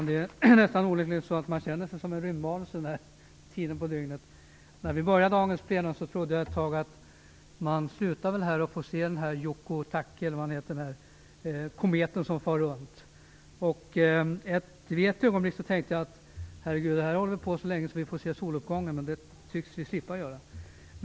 Herr talman! Det är nästan så att man känner sig som en rymdvarelse den här tiden på dygnet. Då dagens plenum började trodde jag ett tag att vi slutar väl här då man kan se kometen Hyakutake som far runt. Men ett ögonblick tänkte jag också: Herre Gud, det här håller nog på så länge att vi får se soluppgången. Det tycks vi nu slippa göra.